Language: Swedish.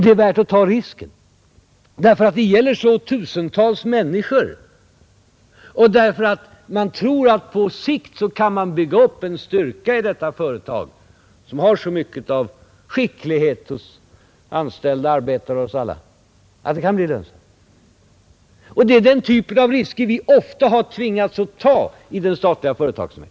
Det är värt att ta risken därför att det gäller så många tusen människor och därför att man tror att man på sikt kan bygga upp en sådan styrka i detta företag, som har så mycket av skicklighet hos anställda, arbetare och andra, att det kan bli lönsamt. Det är den typen av risker vi ofta har tvingats att ta i den statliga företagsamheten.